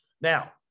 Now